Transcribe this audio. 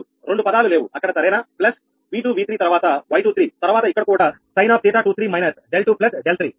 రెండు పదాలు లేవు అక్కడ సరేనా ప్లస్ 𝑉2𝑉3 తర్వాత 𝑌23 తర్వాత ఇక్కడ కూడా sin𝜃23 − 𝛿2 𝛿3 అవునా